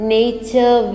nature